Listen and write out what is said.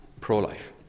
pro-life